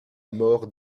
mort